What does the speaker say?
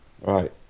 Right